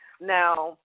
Now